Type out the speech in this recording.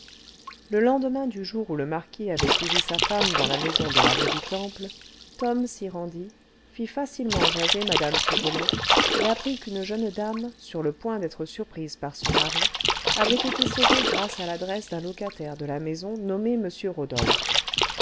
le lendemain du jour où le marquis avait suivi sa femme dans la maison de la rue du temple tom s'y rendit fit facilement jaser mme pipelet et apprit qu'une jeune dame sur le point d'être surprise par son mari avait été sauvée grâce à l'adresse d'un locataire de la maison nommé m rodolphe